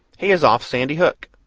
he is off sandy hook.